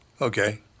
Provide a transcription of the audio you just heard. Okay